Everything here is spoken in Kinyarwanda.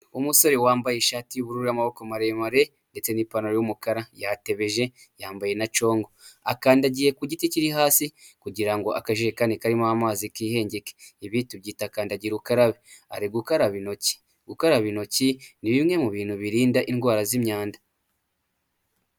Umusore wambaye ishati y'uburura y'amaboko maremare, ndetse ni'pantaro y'umukara yatebeje yambaye na congo akandagiye ku giti kiri hasi kugira akajekani karimo amazi kihengeke, ibi tubyita kandagira ukarabe ari gukaraba intoki. Gukaraba intoki ni bimwe mu bintu birinda indwara z'imyanda.